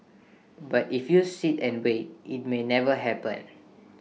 but if you sit and wait IT may never happen